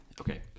okay